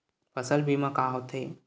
फसल बीमा का होथे?